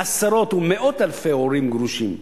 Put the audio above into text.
עשרות ומאות אלפי הורים גרושים,